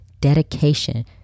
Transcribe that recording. dedication